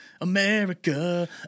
America